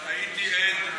אני הייתי עד.